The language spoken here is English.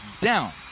down